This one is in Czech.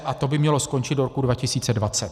A to by mělo skončit do roku 2020.